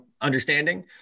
understanding